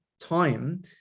time